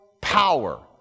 power